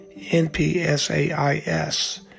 NPSAIS